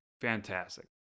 fantastic